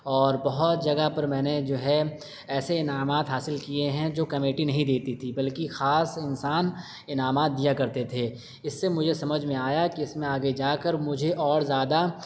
اور بہت جگہ پر میں نے جو ہے ایسے انعامات حاصل کیے ہیں جو کمیٹی نہیں دیتی تھی بلکہ خاص انسان انعامات دیا کرتے تھے اس سے مجھے سمجھ میں آیا کہ اس میں آگے جا کر مجھے اور زیادہ